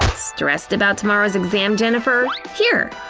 stressed about tomorrow's exam, jennifer? here!